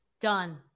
Done